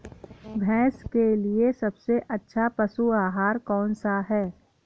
भैंस के लिए सबसे अच्छा पशु आहार कौन सा है?